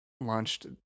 launched